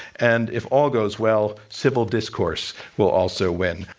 and if all goes well, civil discourse will also win.